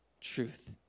truth